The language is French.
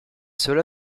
cela